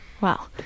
Wow